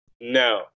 No